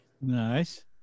Nice